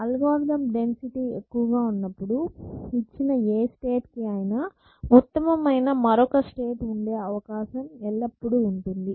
algorithm density ఎక్కువగా ఉన్నప్పుడు ఇచ్చిన ఏ స్టేట్ కి అయినా ఉత్తమమైన మరొక స్టేట్ ఉండే అవకాశం ఎల్లప్పుడూ ఉంటుంది